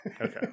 Okay